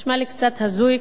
נשמע לי קצת הזוי,